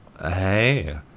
Hey